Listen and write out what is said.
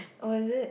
oh is it